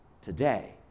today